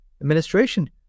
administration